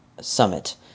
Summit